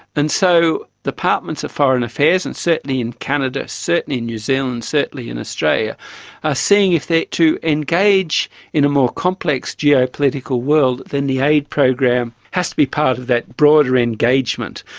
and so departments of foreign affairs and certainly in canada, certainly in new zealand, certainly in australia are seeing if they are to engage in a more complex geopolitical world then the aid program has to be part of that broader engagement.